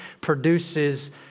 produces